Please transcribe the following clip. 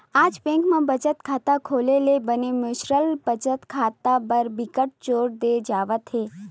आज बेंक म बचत खाता खोले ले बने म्युचुअल बचत खाता बर बिकट जोर दे जावत हे